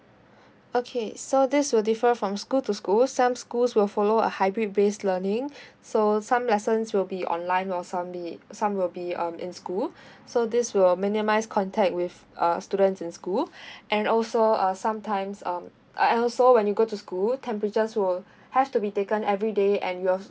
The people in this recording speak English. okay so this will differ from school to school some schools will follow a hybrid based learning so some lessons will be online while some be some will be um in school so this will minimise contact with uh students in school and also uh sometimes um and and also when you go to school temperatures will have to be taken everyday and you've